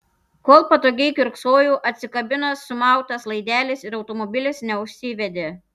kol patogiai kiurksojau atsikabino sumautas laidelis ir automobilis neužsivedė